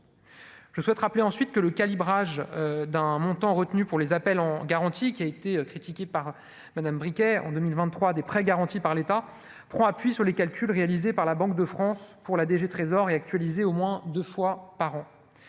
je souhaite rappeler ensuite que le calibrage d'un montant retenu pour les appels en garantie, qui a été critiquée par Madame Briquet en 2023 des prêts garantis par l'État prend appui sur les calculs réalisés par la Banque de France pour la DG Trésor et actualisé au moins 2 fois par an,